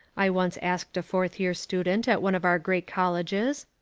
i once asked a fourth year student at one of our great colleges.